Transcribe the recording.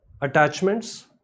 attachments